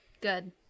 Good